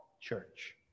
church